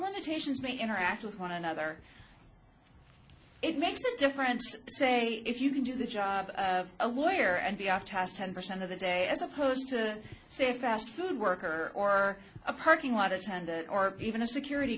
limitations may interact with one another it makes a difference say if you can do the job of a lawyer and the artist ten percent of the day as opposed to say fast food worker or a parking lot attendant or even a security